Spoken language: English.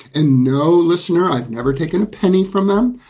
and no listener. i've never taken a penny from them.